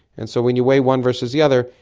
and so when you weigh one versus the other,